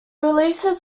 releases